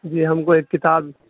جی ہم کو ایک کتاب